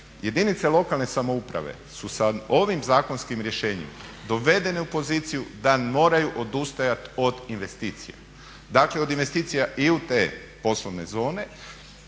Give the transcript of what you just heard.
jedinice lokalne samouprave su sa ovim zakonskim rješenjem dovedene u poziciju da moraju odustajat od investicija. Dakle od investicija i u te poslovne zone